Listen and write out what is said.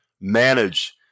manage